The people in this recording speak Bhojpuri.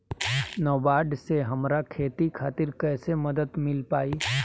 नाबार्ड से हमरा खेती खातिर कैसे मदद मिल पायी?